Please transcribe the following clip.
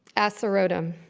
asarotum